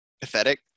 Pathetic